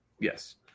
Yes